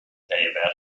about